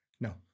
No